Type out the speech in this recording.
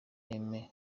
aime